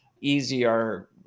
easier